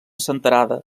senterada